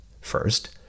First